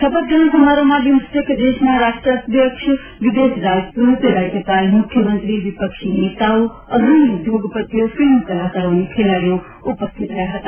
શપથ ગ્રહણ સમારોહમાં બિમ્સટેક દેશના રાષ્ટ્રાધ્યક્ષ વિદેશ રાજદ્દૂત રાજ્યપાલ મુખ્યમંત્રી વિપક્ષી નેતા અગ્રણી ઉદ્યોગપતિઓ ફિલ્મ કલાકારો અને ખેલાડીઓ ઉપસ્થિત રહ્યા હતા